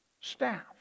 Staff